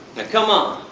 come on,